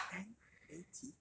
N A T